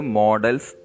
models